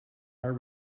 our